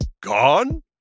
Gone